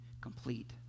complete